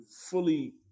fully